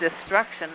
destruction